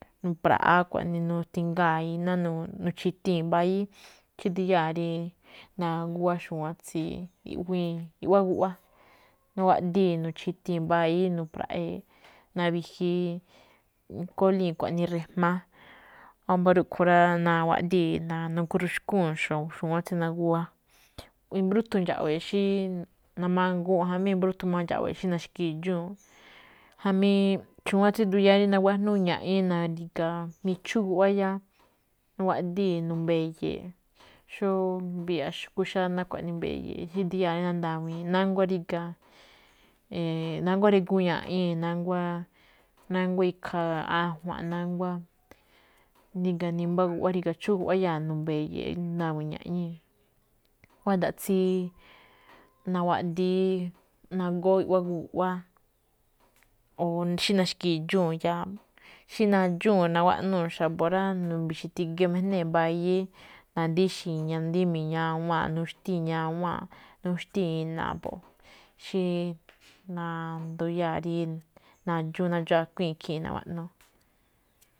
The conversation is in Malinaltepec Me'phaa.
Nu̱pra̱ꞌáá xkuaꞌnii, nu̱sti̱ngaa̱ iná, nu̱-nuchi̱thii̱n mbayíí, xí ndiyáa̱ rí naguwá xu̱wán tsí i̱ꞌwíin, iꞌwá guꞌwá. nuwaꞌdii̱ nu̱chi̱thii̱n mbayíí, nu̱pra̱ꞌee̱, na̱wi̱ji̱i̱ kólii̱n xkuaꞌnii ri̱jma̱á, wámba̱ rúꞌkhuen rá, nawaꞌdii̱n nagó ruxkuu̱n, xu̱wán tsí naguwá. I̱mbrúthun i̱ndxa̱ꞌwe̱e̱ xí namanguu̱n jamí i̱mbrúthun máꞌ xí na̱xki̱dxúu̱n jamí xu̱wán tsí nduyáá rí nawajnúú ña̱ꞌñíí, michú guꞌwáá iyáá. Nawaꞌdíi̱n n be̱ye̱e̱ꞌ xó i̱mbi̱ya̱ꞌ xu̱kú xáná xkuaꞌnii i̱mbe̱ye̱e̱ꞌ, xí ndiyáa̱ rí nándawi̱i̱n nánguá ríga̱, nánguá ngrigu̱ún ña̱ꞌñii̱, nánguá, nánguá ikha, ajua̱nꞌ nánguá, ri̱ga̱ chú guꞌwá iyáa̱, nu̱mbe̱ye̱e̱ꞌ rí ndawi̱i̱n ña̱ꞌñíi̱. Guáda̱ꞌ tsí nawaꞌdi̱í nagóó iꞌwá guꞌwá o xí na̱xki̱dxuu̱n iyáa̱. Xí nadxúu̱n nawaꞌnúu̱ xa̱bo̱ rá, nu̱mbi̱xe̱ ti̱ge̱e̱ mijnée̱ mbayíí, na̱dxíxi̱i̱n na̱dímii̱n ñawáanꞌ, nuxtíi̱ ñawáanꞌ, nuxtíi̱ inaaꞌ mbo̱ꞌ, xí nduyáa̱ rí nadxuun a̱kuíi̱n ikhii̱n nawaꞌnuu̱.